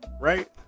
right